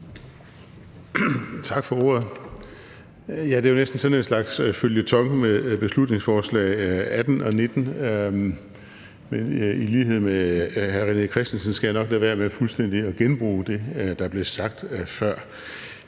Tak for ordet.